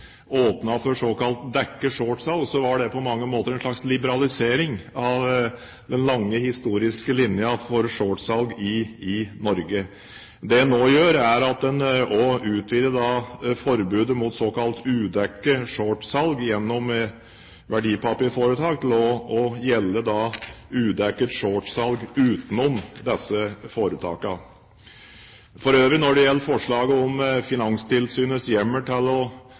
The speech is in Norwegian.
for såkalt dekket shortsalg, var det på mange måter en slags liberalisering av den lange historiske linjen for shortsalg i Norge. Det en nå gjør, er at en også utvider forbudet mot såkalt udekket shortsalg gjennom verdipapirforetak til også å gjelde udekket shortsalg utenom disse foretakene. For øvrig: Når det gjelder forslaget om Finanstilsynets hjemmel til å